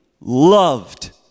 loved